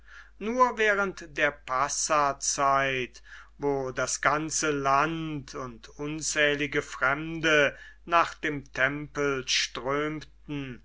nur während der passahzeit wo das ganze land und unzählige fremde nach dem tempel strömten